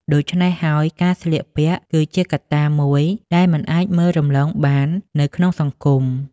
ដូច្នេះហើយ ការស្លៀកពាក់គឺជាកត្តាមួយដែលមិនអាចមើលរំលងបាននៅក្នុងសង្គម។